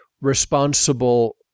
responsible